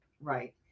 Right